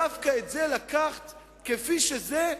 דווקא את זה לקחת כפי שזה,